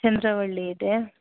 ಚಂದ್ರವಳ್ಳಿ ಇದೆ